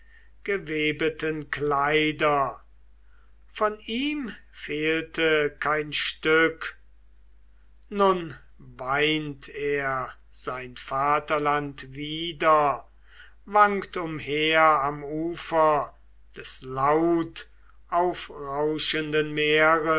gewebeten kleider und ihm fehlte kein stück nun weint er sein vaterland wieder wankt umher am ufer des lautaufrauschenden